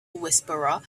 whisperer